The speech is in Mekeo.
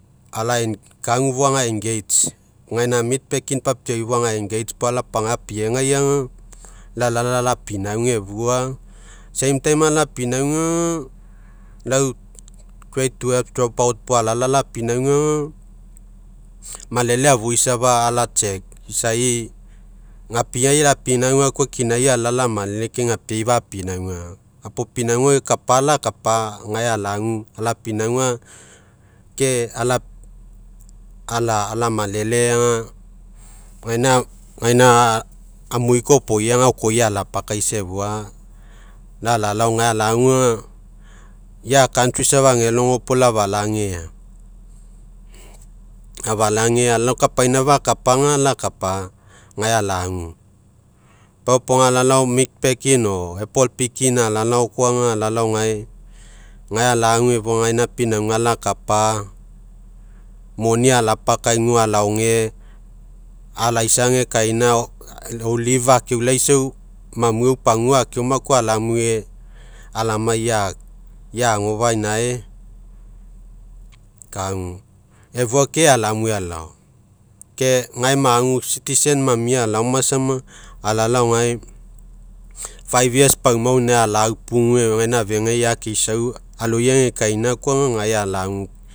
kagu fou aga engage, gaina meat packing paiani fou aga engage puo alapagai apiegaiga, lau alalao alapinauga afua, same time alapianauga, lau grade twelve dropout puo alalao alapinauga, malele afui safa ala check, isai gapiai lainauga koa kinai alalao ala malele, ke gapiai fapiaauga laoma, ga puo pinauga kapa ala kapa gae alagu, alapinauga ke ala- malele ga, gaina gaina amuri kopoi alokapaisa, efua la'alalao gai alagu ga. Ia country safa agelogo puo afalogea. Afalagea, alalao kapaina fakapaga, alakapa gae alagu meat packing or apple picking alalao koa alalao gae, gae alagu agefua, egaina painauga, alakap. Moni alapakaiguaina alaoge, alaisa agekaina leave akeulaisau, mamue ue pagua akeoma koa alamue, alamai ai agofa'a inae, kagu afua kai alamue alalao. Ke gae magu citizen mamia alaoma sama, alalao gae five years pauma inae alaupugua, gaina afegai, akeisau aloi agekaina koa gae alagu.